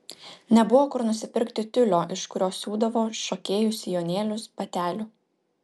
nebuvo kur nusipirkti tiulio iš kurio siūdavo šokėjų sijonėlius batelių